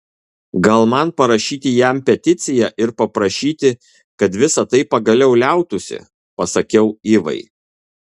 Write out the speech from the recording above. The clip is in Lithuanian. gal man parašyti jam peticiją ir paprašyti kad visa tai pagaliau liautųsi pasakiau ivai